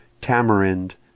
tamarind